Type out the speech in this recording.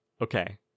Okay